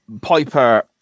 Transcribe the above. Piper